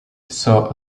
saw